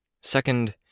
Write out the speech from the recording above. Second